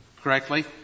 correctly